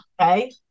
okay